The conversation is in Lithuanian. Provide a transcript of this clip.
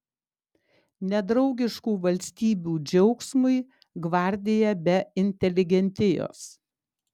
nedraugiškų valstybių džiaugsmui gvardija be inteligentijos